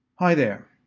hi there.